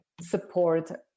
support